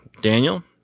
Daniel